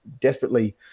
desperately